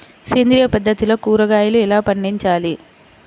సేంద్రియ పద్ధతిలో కూరగాయలు ఎలా పండించాలి?